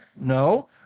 No